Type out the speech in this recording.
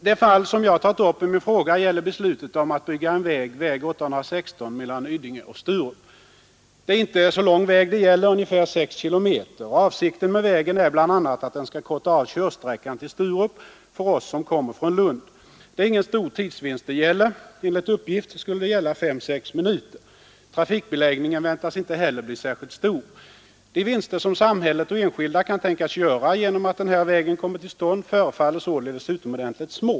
Det fall som jag tagit upp i min fråga gäller beslutet om att bygga en väg, väg 816, mellan Yddinge och Sturup. Det är inte någon lång väg det gäller, ungefär 6 kilometer. Avsikten med vägen är bl.a. att den skall korta av vägsträckan till Sturup för oss som kommer från Lund. Det är ingen stor tidsvinst det gäller. Enligt uppgift skulle det röra sig om 5—6 minuter. Trafikbeläggningen väntas inte heller bli särskilt stor. De vinster som samhället och enskilda kan tänkas göra genom att den här vägen kommer till stånd förefaller således utomordentligt små.